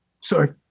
sorry